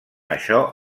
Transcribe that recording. això